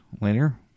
later